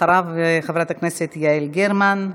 אחריו, חברת הכנסת יעל גרמן,